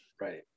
Right